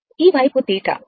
ఈ వైపు θ